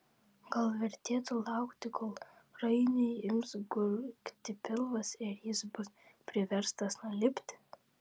gal vertėtų laukti kol rainiui ims gurgti pilvas ir jis bus priverstas nulipti